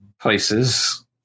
places